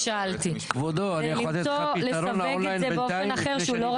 זה תלוי בנתונים.